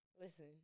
Listen